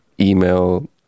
email